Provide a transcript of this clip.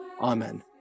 amen